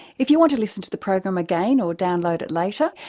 if you want to listen to the program again or download it later,